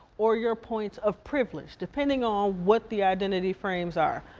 or your points of privilege, depending on what the identity frames are.